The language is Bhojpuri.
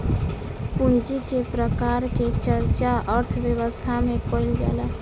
पूंजी के प्रकार के चर्चा अर्थव्यवस्था में कईल जाला